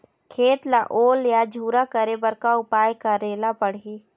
खेत ला ओल या झुरा करे बर का उपाय करेला पड़ही?